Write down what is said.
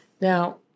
Now